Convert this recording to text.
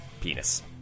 penis